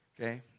Okay